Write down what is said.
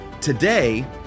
Today